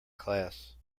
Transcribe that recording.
class